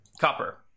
Copper